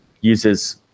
uses